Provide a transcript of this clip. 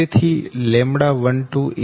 તેથી λ12 0